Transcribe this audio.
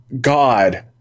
God